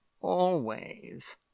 always